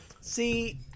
See